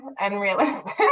unrealistic